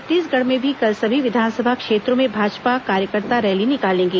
छत्तीसगढ़ में भी कल सभी विधानसभा क्षेत्रों में भाजपा कार्यकर्ता रैली निकालेंगे